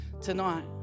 tonight